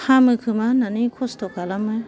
हामो खोमा होन्नानै खस्थ' खालामो